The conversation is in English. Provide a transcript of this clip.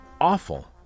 awful